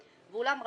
ואולם,